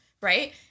Right